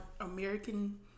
American